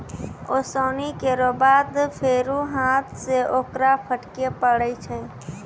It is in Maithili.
ओसौनी केरो बाद फेरु हाथ सें ओकरा फटके परै छै